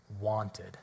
wanted